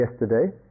yesterday